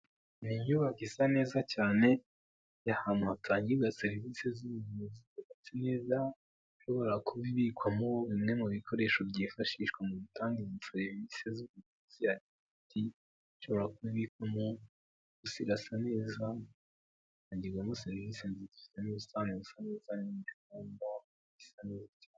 Ni inyubako isa neza cyane y' ahantu hatangirwa serivisi z'ubuvuzitse neza ishobora kubibikwamo bimwe mu bikoresho byifashishwa mu gutanga serivisi zubuzishobora kubikwamosirasan nzamu agirwamo serivisi nziza.